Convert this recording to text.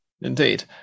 Indeed